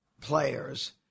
players